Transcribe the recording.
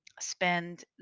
spend